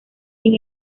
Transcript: sin